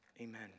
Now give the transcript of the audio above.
Amen